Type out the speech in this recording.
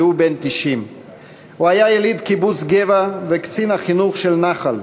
והוא בן 90. הוא היה יליד קיבוץ גבע וקצין החינוך של הנח"ל,